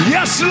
Yes